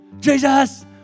Jesus